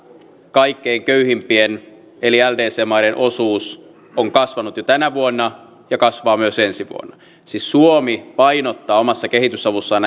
kaikkein köyhimpien eli ldc maiden osuus on kasvanut jo tänä vuonna ja kasvaa myös ensi vuonna siis suomi painottaa omassa kehitysavussaan